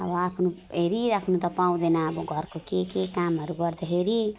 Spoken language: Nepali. अब आफ्नो हेरिराख्नु त पाउँदैन अब घरको के के कामहरू गर्दाखेरि